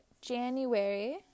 January